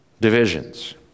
divisions